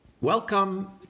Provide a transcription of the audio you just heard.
Welcome